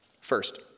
First